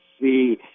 see